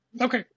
Okay